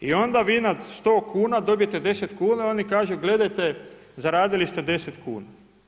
I onda vi na 100 kuna dobijete 10 kuna i oni kažu gledajte, zaradili ste 10 kuna.